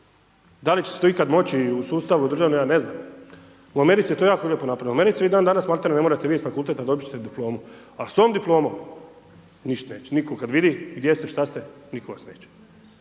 Da li će se to ikad moći u sustavu države, ja ne znam, u Americi je to jako lijepo napravljeno, u Americi i dandanas malti ne vi ne morate s fakultetom, dobit ćete diplomu a s tom diplomom, .../Govornik se ne razumije./... kad vidi gdje ste, šta ste, nitko vas neće